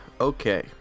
Okay